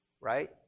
right